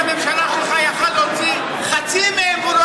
ראש הממשלה שלך היה יכול להוציא חצי מהם.